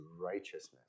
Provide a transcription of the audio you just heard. righteousness